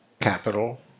Capital